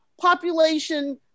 population